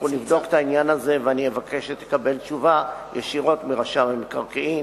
אנחנו נבדוק את העניין הזה ואני אבקש שתקבל תשובה ישירות מרשם המקרקעין.